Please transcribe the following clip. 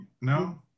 No